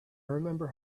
remember